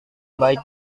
baik